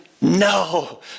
no